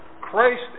Christ